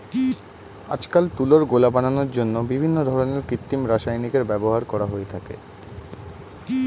আজকাল তুলোর গোলা বানানোর জন্য বিভিন্ন ধরনের কৃত্রিম রাসায়নিকের ব্যবহার করা হয়ে থাকে